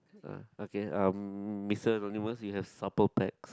uh okay um mister has supper packs